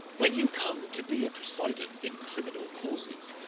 when you come to be a president in criminal causes,